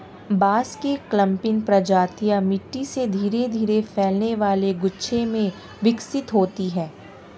बांस की क्लंपिंग प्रजातियां मिट्टी से धीरे धीरे फैलने वाले गुच्छे में विकसित होती हैं